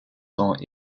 sont